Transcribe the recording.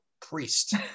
priest